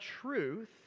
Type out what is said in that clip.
truth